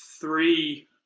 three